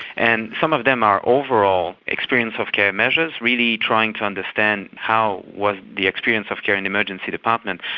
and some of them are overall experience of care measures, really trying to understand how was the experience of care in emergency departments,